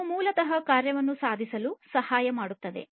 ಇದು ಮೂಲತಃ ಕಾರ್ಯವನ್ನು ಸಾಧಿಸಲು ಸಹಾಯ ಮಾಡುತ್ತದೆ